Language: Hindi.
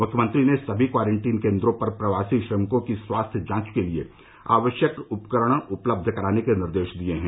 मुख्यमंत्री ने सभी क्वारंटीन केंद्रों पर प्रवासी श्रमिकों की स्वास्थ्य जांच के लिए आवश्यक उपकरण उपलब्ध कराने के निर्देश दिए हैं